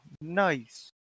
nice